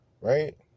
right